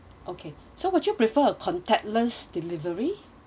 okay so would you prefer uh contactless delivery